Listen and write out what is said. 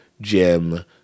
jim